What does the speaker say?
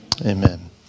Amen